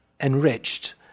enriched